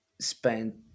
spent